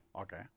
okay